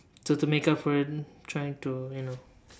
so to make up for it trying to you know